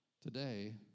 today